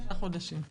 שלושה חודשים.